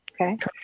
okay